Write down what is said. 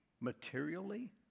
materially